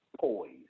poised